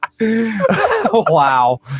Wow